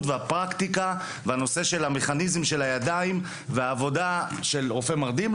והפרקטיקה ובמכניזם של הידיים ובעבודה של רופא מרדים,